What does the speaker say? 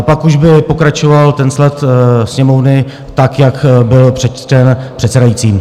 Pak už by pokračoval ten sled Sněmovny tak, jak byl přečten předsedajícím.